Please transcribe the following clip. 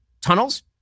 tunnels